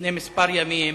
לפני כמה ימים